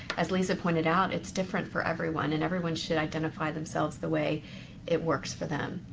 as liza pointed out, it's different for everyone, and everyone should identify themselves the way it works for them.